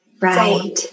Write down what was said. Right